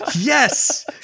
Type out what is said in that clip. yes